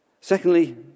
Secondly